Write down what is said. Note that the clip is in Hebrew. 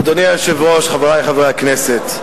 אדוני היושב-ראש, חברי חברי הכנסת,